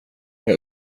jag